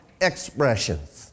expressions